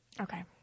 Okay